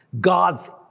God's